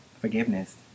Forgiveness